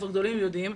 הם כבר גדולים ויודעים.